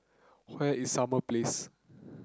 where is Summer Place